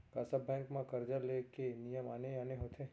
का सब बैंक म करजा ले के नियम आने आने होथे?